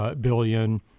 billion